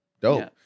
Dope